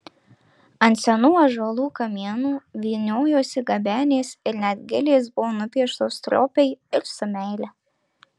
ant senų ąžuolų kamienų vyniojosi gebenės ir net gilės buvo nupieštos stropiai ir su meile